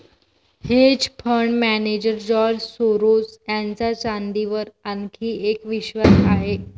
hedge fund manager George Soros यांचा चांदीवर आणखी एक विश्वास आहे